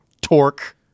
torque